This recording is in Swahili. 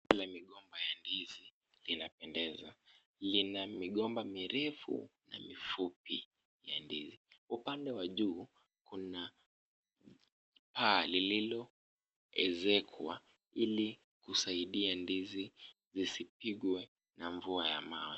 Shamba la migomba ya ndizi linapendeza . Lina migomba mirefu na mifupi ya ndizi. Upande wa juu kuna paa lililoezekwa ili kusaidia ndizi zisipigwe na mvua ya mawe.